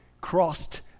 crossed